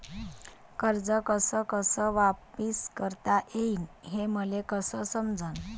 कर्ज कस कस वापिस करता येईन, हे मले कस समजनं?